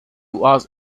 was